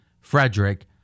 Frederick